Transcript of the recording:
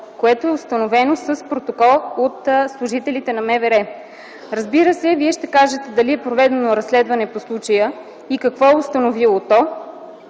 което е установено с протокол от служителите на МВР. Разбира се, Вие ще кажете дали е проведено разследване по случая и какво е установило то,